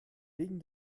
wegen